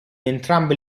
entrambe